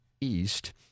East